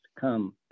come